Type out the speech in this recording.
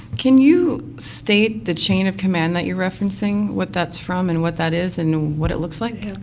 can you state the chain of command that you're referencing? what that's from and what that is and what it looks like?